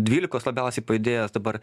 dvylikos labiausiai pajudėjęs dabar